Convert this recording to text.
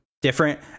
Different